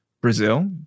Brazil